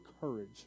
courage